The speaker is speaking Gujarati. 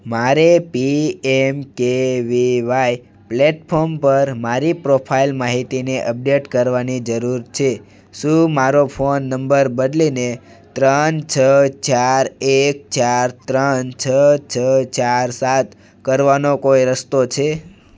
મારે P M K V Y platform પર મારી પ્રોફાઇલ માહિતીને અપડેટ કરવાની જરૂર છે શું મારો ફોન નંબર બદલીને ત્રણ છ ચાર એક ચાર ત્રણ છ છ ચાર સાત કરવાનો કોઈ રસ્તો છે